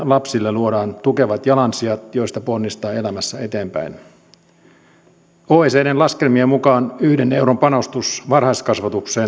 lapsille luodaan tukevat jalansijat joista ponnistaa elämässä eteenpäin oecdn laskelmien mukaan yhden euron panostus varhaiskasvatukseen